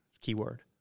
Keyword